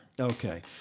Okay